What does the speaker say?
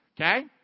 Okay